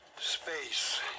Space